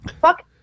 fuck